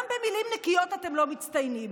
גם במילים נקיות אתם לא מצטיינים.